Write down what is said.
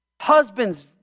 Husbands